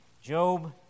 Job